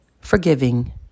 forgiving